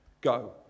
go